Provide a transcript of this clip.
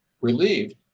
relieved